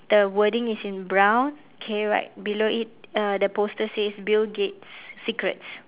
the wording is in brown K right below it uh the poster says bill gates secrets